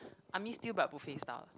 army stew but buffet style